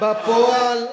שבפועל בבתי-המשפט,